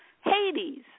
Hades